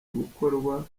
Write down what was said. gukorerwa